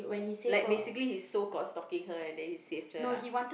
like basically he's so called stalking her and then he saved her lah